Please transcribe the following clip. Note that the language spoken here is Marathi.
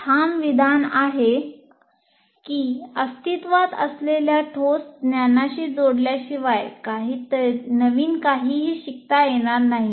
हे ठाम विधान आहे की अस्तित्वात असलेल्या ठोस ज्ञानाशी जोडल्याशिवाय नवीन काहीही शिकता येणार नाही